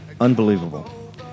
Unbelievable